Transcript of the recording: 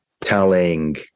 telling